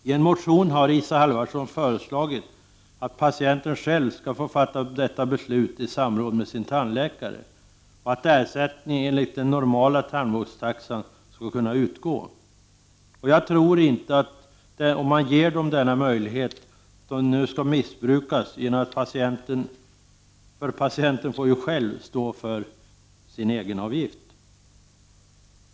I en motion har Isa Halvarsson föreslagit att patienten själv skall få fatta detta beslut i samråd med sin tandläkare och att ersättning enligt den normala tandvårdstaxan skall kunna utgå. Jag tror inte att denna möjlighet skulle missbrukas, eftersom patienten själv får stå för sin egenavgift.